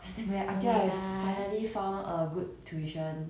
oh my god